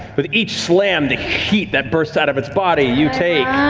with each slam, the heat that bursts out of its body, you take